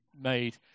made